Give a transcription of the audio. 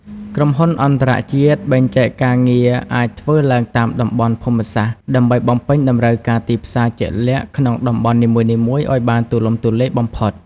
ក្រុមហ៊ុនអន្តរជាតិ ការបែងចែកការងារអាចធ្វើឡើងតាមតំបន់ភូមិសាស្ត្រ ដើម្បីបំពេញតម្រូវការទីផ្សារជាក់លាក់ក្នុងតំបន់នីមួយៗឱ្យបានទូលំទូលាយបំផុត។